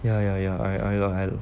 ya ya ya I either either